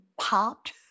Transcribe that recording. popped